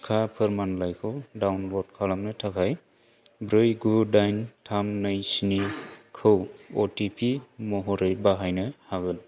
टिका फोरमानलाइखौ डाउनलड खालामनो थाखाय ब्रै गु दाइन थाम नै स्नि खौ अ टि पि महरै बाहायनो हागोन